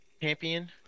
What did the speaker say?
champion